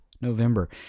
November